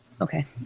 Okay